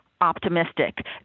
optimistic